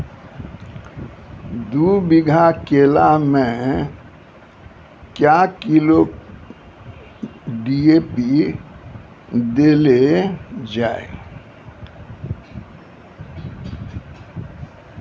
दू बीघा केला मैं क्या किलोग्राम डी.ए.पी देले जाय?